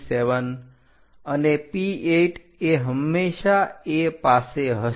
P5P6P7 અને P8 એ હંમેશા A પાસે હશે